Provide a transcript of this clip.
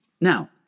Now